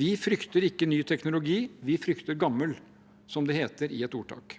Vi frykter ikke ny teknologi – vi frykter gammel, som det heter i et ordtak.